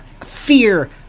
fear